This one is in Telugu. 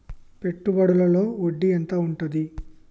పెట్టుబడుల లో వడ్డీ ఎంత ఉంటది?